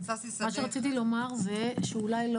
אולי לא